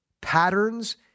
patterns